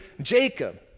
Jacob